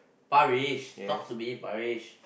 Parish talk to me Parish